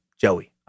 Joey